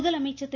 முதலமைச்சர் திரு